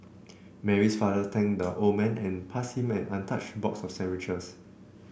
Mary's father thanked the old man and passed him an untouched box of sandwiches